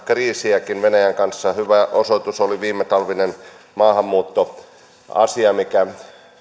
kriisejäkin venäjän kanssa hyvä osoitus oli viimetalvinen maahanmuuttoasia mikä